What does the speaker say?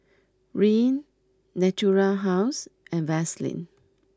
Rene Natura House and Vaselin